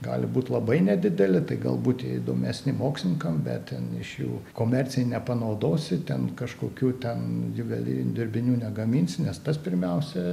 gali būt labai nedideli tai galbūt jie įdomesni mokslininkam bet ten iš jų komercijai nepanaudosi ten kažkokių ten juvelyrinių dirbinių negaminsi nes tas pirmiausia